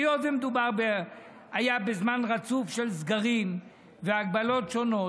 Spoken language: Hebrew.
היות שהיה מדובר בזמן רצוף של סגרים והגבלות שונות